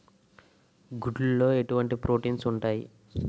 గుడ్లు లో ఎటువంటి ప్రోటీన్స్ ఉంటాయి?